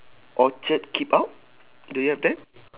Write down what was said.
orchard keep out do you have that